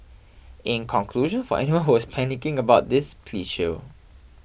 in conclusion for anyone who was panicking about this please chill